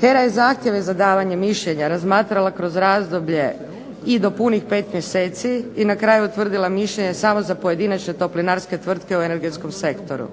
HERA je zahtjeve za davanje mišljenja razmatrala kroz razbolje i do punih 5 mjeseci i na kraju utvrdila mišljenje samo za pojedinačne toplinarske tvrtke u energetskom sektoru.